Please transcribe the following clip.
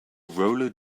roller